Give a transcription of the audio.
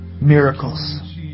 miracles